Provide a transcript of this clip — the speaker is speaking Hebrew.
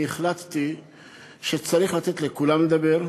אני החלטתי שצריך לתת לכולם לדבר,